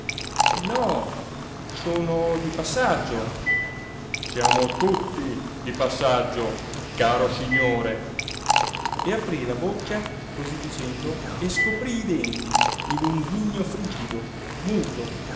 no sono di passaggio siamo tutti di passaggio caro signore e aprí la bocca cosí dicendo e scoprí i denti in un ghigno frigido muto